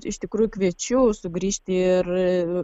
iš tikrųjų kviečiu sugrįžti ir